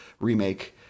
remake